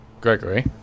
Gregory